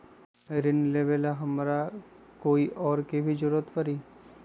ऋन लेबेला हमरा कोई और के भी जरूरत परी?